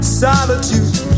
solitude